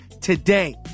today